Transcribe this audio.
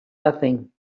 nothing